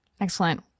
Excellent